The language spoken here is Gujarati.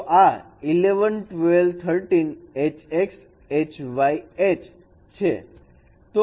તો આ 11 12 13 h x h y h છે